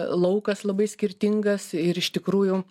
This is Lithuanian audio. laukas labai skirtingas ir iš tikrųjų